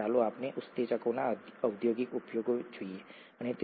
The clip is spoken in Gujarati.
હવે ચાલો આપણે ઉત્સેચકોના ઔદ્યોગિક ઉપયોગો જોઈએ